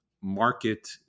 market